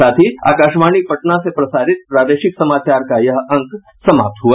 इसके साथ ही आकाशवाणी पटना से प्रसारित प्रादेशिक समाचार का ये अंक समाप्त हुआ